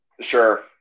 Sure